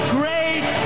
great